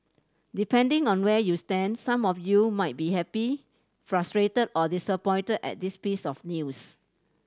depending on where you stand some of you might be happy frustrated or disappointed at this piece of news